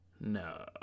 No